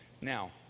Now